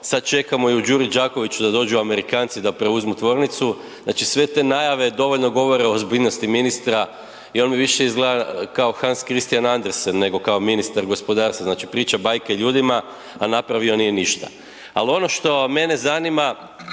sad ćemo i u Đuri Đakoviću da dođu Amerikanci da preuzmu tvornicu, znači sve te najave dovoljno govore o ozbiljnosti ministra i on mi više izgleda kao Hans Christian Andersen nego kao ministarstva gospodarstva, znači priča bajke ljudima a napravio nije ništa. Ali ono što mene zanima